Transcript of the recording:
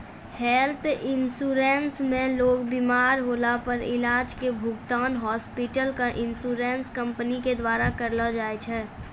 health insurance मे लोग बिमार होला पर इलाज के भुगतान हॉस्पिटल क इन्शुरन्स कम्पनी के द्वारा करलौ जाय छै